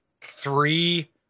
three